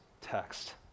text